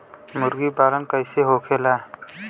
मुर्गी पालन कैसे होखेला?